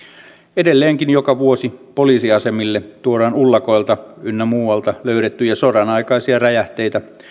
edelleenkin joka vuosi poliisiasemille tuodaan ullakoilta ynnä muualta löydettyjä sodanaikaisia räjähteitä